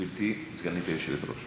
גברתי סגנית היושב-ראש.